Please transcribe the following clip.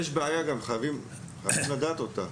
יש בעיה וחייבים לדעת אותה,